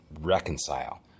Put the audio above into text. reconcile